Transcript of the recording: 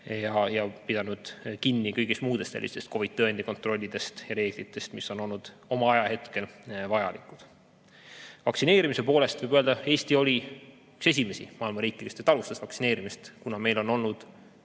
pidanud kinni kõigist muudest sellistest COVID‑i tõendi kontrollidest ja reeglitest, mis on olnud oma ajahetkel vajalikud. Vaktsineerimise poolest võib öelda, et Eesti oli üks esimesi maailma riikidest, kes alustas vaktsineerimist. Meil on olnud